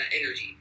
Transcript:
energy